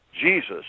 Jesus